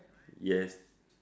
yes